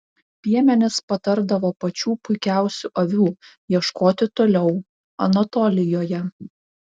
piemenys patardavo pačių puikiausių avių ieškoti toliau anatolijoje